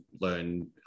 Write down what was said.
learn